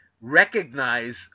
recognize